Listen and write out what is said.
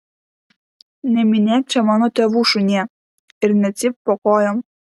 neminėk čia mano tėvų šunie ir necypk po kojom